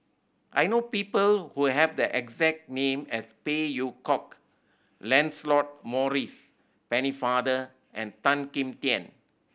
I know people who have the exact name as Phey Yew Kok Lancelot Maurice Pennefather and Tan Kim Tian